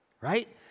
Right